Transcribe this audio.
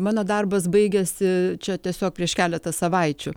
mano darbas baigėsi čia tiesiog prieš keletą savaičių